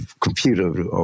computer